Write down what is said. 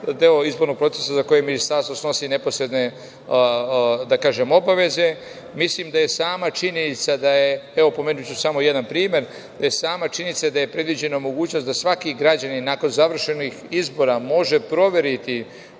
deo izbornog procesa za koji Ministarstvo snosi neposredne obaveze. Mislim da sama činjenica, evo, pomenuću samo jedan primer, da je predviđena mogućnost da svaki građanin nakon završenih izbora može proveriti